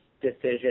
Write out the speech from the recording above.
Decision